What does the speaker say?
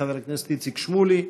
יהיה חבר הכנסת איציק שמולי.